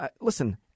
Listen